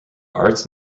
arts